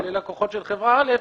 ללקוחות של חברה א',